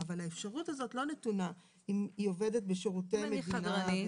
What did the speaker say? אבל האפשרות הזאת לא נתונה אם היא עובדת בשירותי מדינה.